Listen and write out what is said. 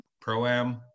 Pro-Am